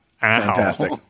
fantastic